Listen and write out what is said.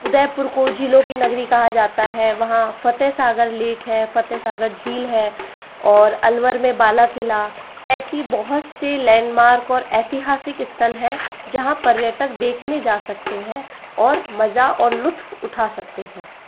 उदयपुर को झीलों की नगरी कहा जाता है वहाँ फ़तेहसागर लेक है फ़तेहसागर झील है और अलवर में बाला किला ऐसी बहुत से लैंडमार्क और ऐतिहासिक स्थल है जहाँ पर्यटक देखने जा सकते हैं और मज़ा और लुत्फ़ उठा सकते हैं